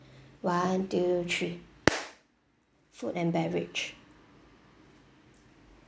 one two three food and beverage